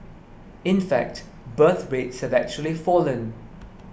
in fact birth rates have actually fallen